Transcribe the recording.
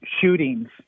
shootings